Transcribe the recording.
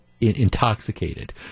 intoxicated